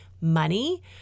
money